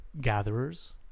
gatherers